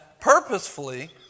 Purposefully